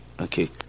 Okay